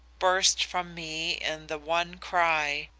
burst from me in the one cry,